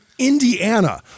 Indiana